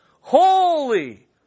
Holy